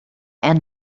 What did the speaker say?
and